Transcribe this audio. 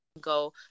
go